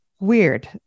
Weird